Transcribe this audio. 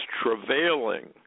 travailing